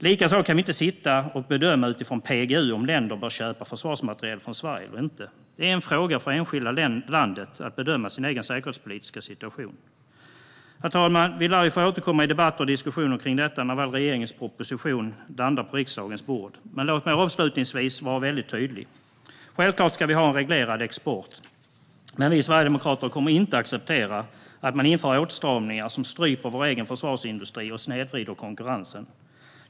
Likaså kan inte vi sitta och bedöma utifrån PGU om länder bör köpa försvarsmateriel från Sverige eller inte. Att bedöma sin säkerhetspolitiska situation är en fråga för det enskilda landet. Herr talman! Vi lär få återkomma i debatter och diskussioner om detta när regeringens proposition väl landar på riksdagens bord. Men låt mig avslutningsvis vara väldigt tydlig. Självklart ska vi ha en reglerad export, men vi sverigedemokrater kommer inte att acceptera att man inför åtstramningar som stryper vår egen försvarsindustri och snedvrider konkurrensen.